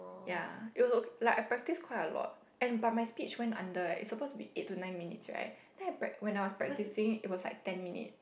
ya it was o~ like I practise quite a lot and but my speech went under eh it's supposed to be eight to nine minutes right then I prac~ when I was practicing it was like ten minute